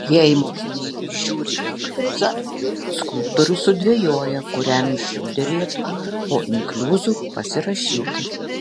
jei mokiniai įžiūri inkliuzą skulptorius sudvejoja kuriam iš jų derėtų po inkliuzu pasirašyti